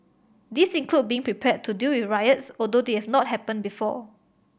these include being prepared to deal with riots although they have not happened before